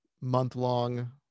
month-long